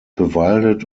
bewaldet